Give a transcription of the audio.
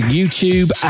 YouTube